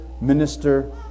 minister